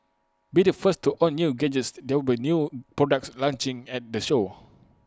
be the first to own new gadgets there will be new products launching at the show